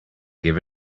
give